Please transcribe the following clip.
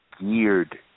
geared